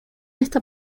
esta